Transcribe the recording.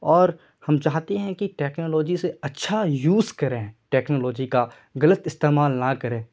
اور ہم چاہتے ہیں کہ ٹیکنالوجی سے اچھا یوز کریں ٹیکنالوجی کا غلط استعمال نہ کرے